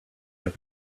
have